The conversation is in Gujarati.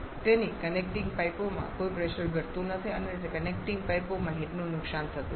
તેથી કનેક્ટિંગ પાઈપોમાં કોઈ પ્રેશર ઘટતું નથી અને કનેક્ટિંગ પાઈપોમાં હીટનું નુકસાન થતું નથી